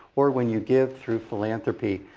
or when you give through philanthropy,